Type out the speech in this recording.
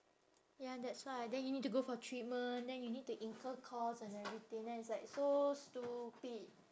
ya that's why then you need to go for treatment then you need to incur cost and everything then it's like so stupid